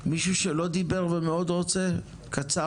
אף אחד לא רוצה שהמכללות יהיו מיועדות בסוף רק לסטודנטים